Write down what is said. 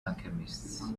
alchemist